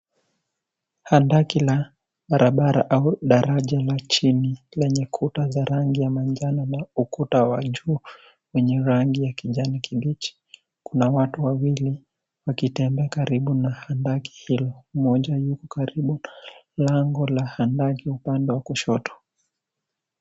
Handaki la barabara au daraja la chini lenye kuta za rangi ya manjano na ukuta wa juu wenye rangi ya kijani kibichi. Kuna watu wawili wakitembea karibu na handaki hilo. Mmoja yuko karibu pale lango la handaki upande wa kushoto.